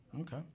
okay